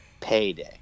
payday